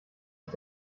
ist